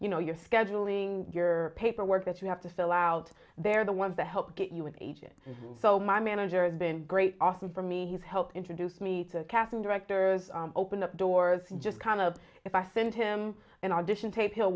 you know you're scheduling your paperwork that you have to fill out they're the ones that help get you an agent and so my manager has been great often for me he's helped introduce me to casting directors open up doors and just kind of if i send him an audition tape he'll